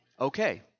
okay